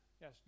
yes